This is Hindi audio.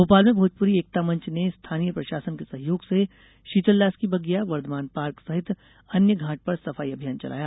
भोपाल में भोजपुरी एकता मंच ने स्थानीय प्रशासन के सहयोग से शीतलदास की बगिया वर्धमान पार्क सहित अन्य घाट पर सफाई अभियान चलाया